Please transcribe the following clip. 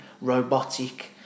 robotic